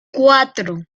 cuatro